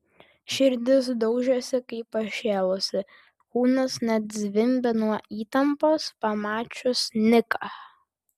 širdis daužėsi kaip pašėlusi kūnas net zvimbė nuo įtampos pamačius niką